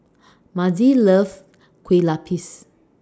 Mazie loves Kue Lupis